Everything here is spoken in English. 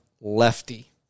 lefty